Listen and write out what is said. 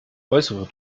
äußere